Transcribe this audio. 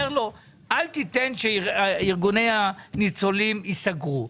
לו: אל תיתן שארגוני הניצולים ייסגרו.